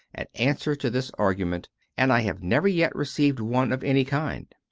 an answer to this argument and i have never yet received one of any kind.